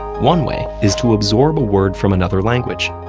one way is to absorb a word from another language.